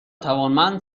توانمند